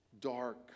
dark